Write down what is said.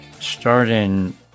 starting